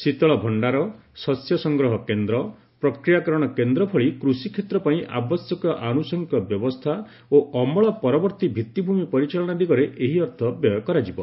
ଶୀତଳଭଶ୍ଡାର ଶସ୍ୟ ସଂଗ୍ରହ କେନ୍ଦ୍ର ପ୍ରକ୍ରିୟାକରଣ କେନ୍ଦ୍ର ଭଳି କୃଷି କ୍ଷେତ୍ର ପାଇଁ ଆବଶ୍ୟକ ଆନୁଷଙ୍ଗିକ ବ୍ୟବସ୍କା ଓ ଅମଳ ପରବର୍ତ୍ତୀ ଭିଭିଭମି ପରିଚାଳନା ଦିଗରେ ଏହି ଅର୍ଥ ବ୍ୟୟ କରାଯିବ